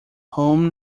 whom